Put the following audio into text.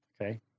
Okay